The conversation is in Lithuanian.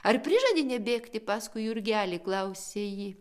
ar prižadi nebėgti paskui jurgelį klausė ji